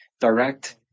direct